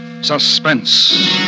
Suspense